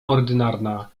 ordynarna